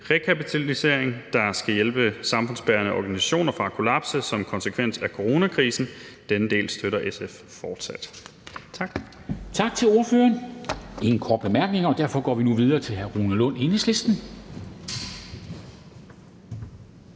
rekapitalisering, der skal hjælpe samfundsbærende organisationer fra at kollapse som en konsekvens af coronakrisen. Denne del støtter SF fortsat. Tak. Kl. 11:29 Formanden (Henrik Dam Kristensen): Tak til ordføreren. Der er ingen korte bemærkninger, og derfor går vi nu videre til hr. Rune Lund, Enhedslisten.